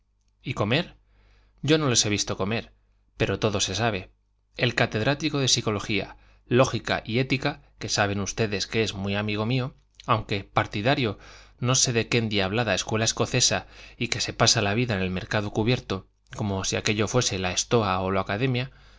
y comer yo no les he visto comer pero todo se sabe el catedrático de psicología lógica y ética que saben ustedes que es muy amigo mío aunque partidario de no sé qué endiablada escuela escocesa y que se pasa la vida en el mercado cubierto como si aquello fuese la stoa o la academia